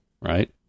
Right